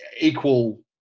equal